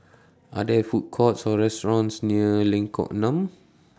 Are There Food Courts Or restaurants near Lengkok Enam